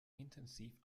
intensiv